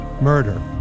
Murder